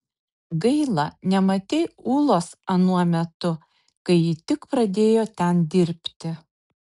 gaila nematei ulos anuo metu kai ji tik pradėjo ten dirbti